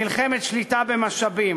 מלחמת שליטה במשאבים,